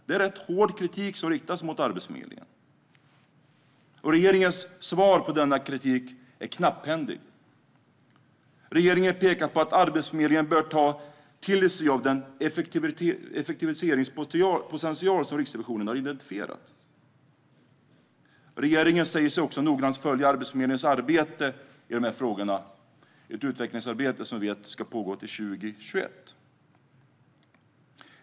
Det är hård kritik som riktas mot Arbetsförmedlingen. Regeringens svar på denna kritik är knapphändigt. Regeringen pekar på att Arbetsförmedlingen bör ta till sig den effektiviseringspotential som Riksrevisionen har identifierat. Regeringen säger sig också noggrant följa Arbetsförmedlingens arbete med dessa frågor - det är ett utvecklingsarbete som man vill ska pågå till 2021.